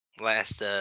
last